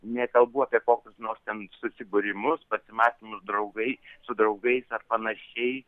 nekalbu apie kokius nors ten susibūrimus pasimatymus draugai su draugais ar panašiai